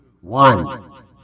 one